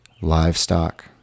livestock